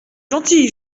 gentille